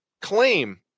claim